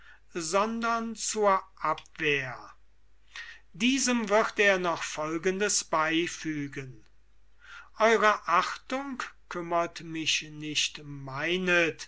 sondern zur abwehr diesem wird er noch folgendes beifügen eure achtung kümmert mich nicht